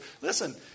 Listen